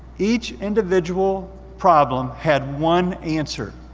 each individual problem had one answer.